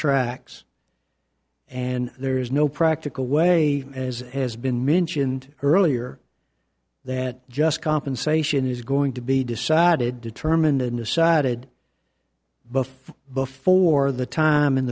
tracks and there is no practical way as has been mentioned earlier that just compensation is going to be decided determined and decided both before the time